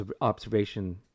observation